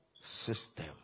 system